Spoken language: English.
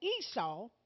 Esau